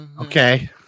Okay